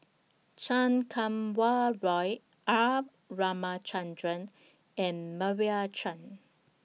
Chan Kum Wah Roy R Ramachandran and Meira Chand